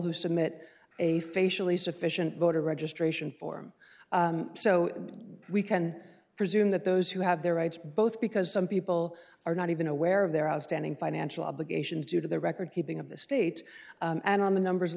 who submit a facially sufficient voter registration form so we can presume that those who have their rights both because some people are not even aware of their outstanding financial obligations due to the record keeping of the state and on the numbers